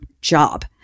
job